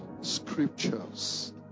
scriptures